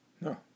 No